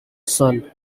sun